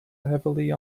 heavily